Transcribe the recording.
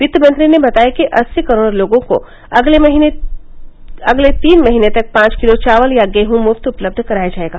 वित्तमंत्री ने बताया कि अस्सी करोड़ लोगों को अगले तीन महीने तक पांच किलो चावल या गेहूं मुफ्त उपलब्ध कराया जाएगा